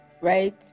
right